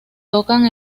tocan